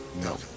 No